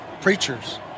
preachers